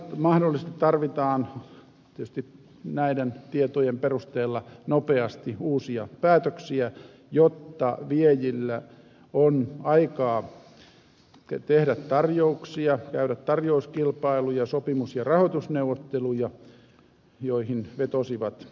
mahdollisesti tarvitaan näiden tietojen perusteella nopeasti uusia päätöksiä jotta viejillä on aikaa tehdä tarjouksia käydä tarjouskilpailuja sopimus ja rahoitusneuvotteluja joihin vetosivat